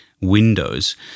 windows